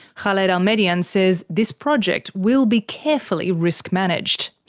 khaled al-medyan says this project will be carefully risk managed.